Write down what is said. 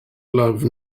love